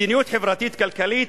מדיניות חברתית-כלכלית,